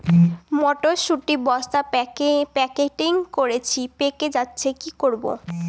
মটর শুটি বস্তা প্যাকেটিং করেছি পেকে যাচ্ছে কি করব?